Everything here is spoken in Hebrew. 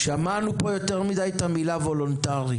שמענו פה יותר מדי את המילה: "וולונטרי".